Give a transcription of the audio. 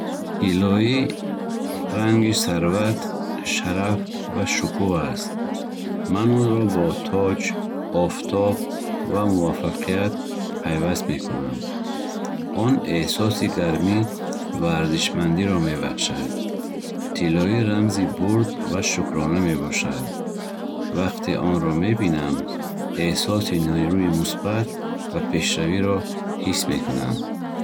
Тиллоӣ ранги сарват, шараф ва шукӯҳ аст. Ман онро бо тоҷ, офтоб ва муваффақият пайваст мекунам. Он эҳсоси гармӣ ва арзишмандиро мебахшад. Тиллоӣ рамзи бурд ва шукрона мебошад. Вақте онро мебинам, эҳсоси нерӯи мусбат ва пешравиро ҳис мекунам.